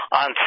on